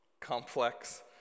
complex